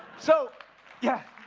so yeah.